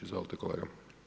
Izvolite kolega.